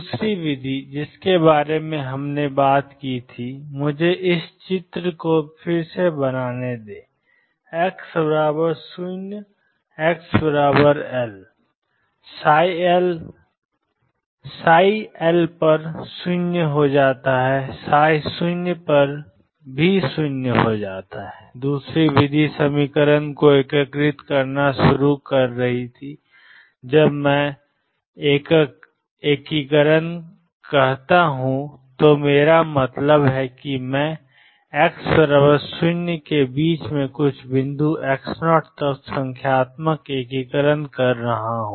दूसरी विधि जिसके बारे में हमने बात की थी मुझे इस चित्र को फिर से बनाने दें x0 xL L0 00 दूसरी विधि समीकरण को एकीकृत करना शुरू कर रही थी और जब मैं एकीकरण कहता हूं तो मेरा मतलब है कि मैं x 0 से बीच में कुछ बिंदु x0 तक संख्यात्मक एकीकरण कर रहा हूं